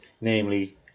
namely